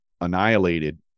annihilated